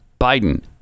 Biden